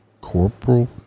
corporal